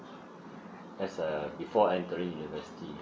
as uh before entering the university